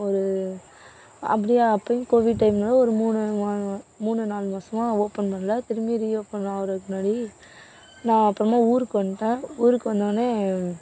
ஒரு அப்படியே அப்பயும் கோவிட் டைம்ங்கிறதுனால ஒரு மூணு மூணு நாலு மாசமாக ஓப்பன் பண்ணல திரும்பி ரீஓப்பன் ஆகிறதுக்கு முன்னாடி நான் அப்புறமா ஊருக்கு வந்துட்டேன் ஊருக்கு வந்தவொடனே